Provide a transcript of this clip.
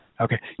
Okay